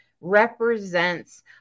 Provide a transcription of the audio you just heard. represents